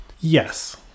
Yes